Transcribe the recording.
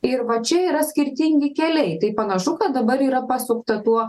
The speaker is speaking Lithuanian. ir va čia yra skirtingi keliai tai panašu kad dabar yra pasukta tuo